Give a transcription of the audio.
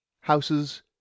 houses